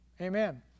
Amen